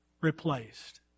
replaced